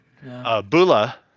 Bula